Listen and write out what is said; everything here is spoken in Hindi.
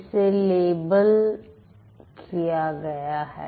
इसे लेबल किया गया है